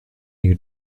new